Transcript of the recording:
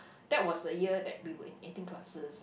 that was the year that we were in eighteen classes